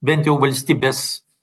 bent jau valstybės